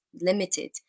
limited